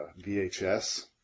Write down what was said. VHS